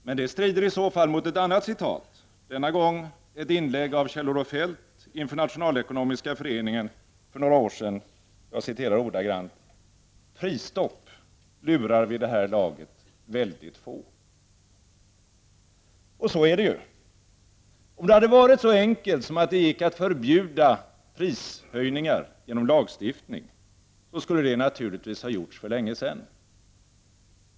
Men det strider i så fall mot ett annat citat, denna gång ett inlägg av Kjell-Olof Feldt inför Nationalekonomiska föreningen för några år sedan: ”Prisstopp lurar vid det här laget väldigt få.” Så är det ju. Om det hade varit så enkelt som att det gick att förbjuda prishöjningar genom lagstiftning, skulle det naturligtvis ha gjorts för länge sedan.